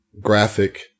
graphic